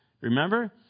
Remember